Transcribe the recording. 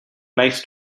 likes